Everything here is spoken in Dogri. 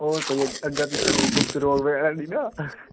होर कोई अग्गे अग्गें पिच्छें कोई गुप्त रोग है निं ना